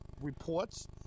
reports